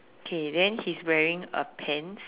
okay then he's wearing a pants